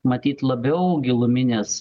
matyt labiau giluminės